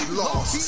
lost